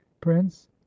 prince